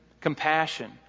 compassion